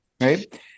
right